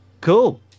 Cool